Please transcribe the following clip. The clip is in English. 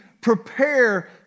prepare